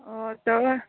आओर तऽ वएह